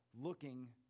looking